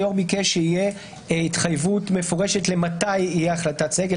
היו"ר ביקש שיהיה התחייבות מפורשת למתי יהיה החלטת סגל,